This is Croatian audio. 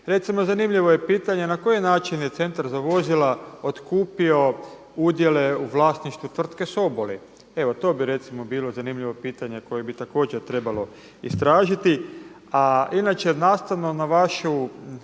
Recimo zanimljivo je pitanje na koji način je Centar za vozila otkupio udjele u vlasništvu tvrtke Soboli. Evo to bi recimo bilo zanimljivo pitanje koje bi također trebalo istražiti. A inače nastavno na vašu